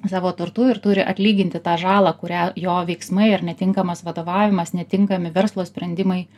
savo turtu ir turi atlyginti tą žalą kurią jo veiksmai ar netinkamas vadovavimas netinkami verslo sprendimai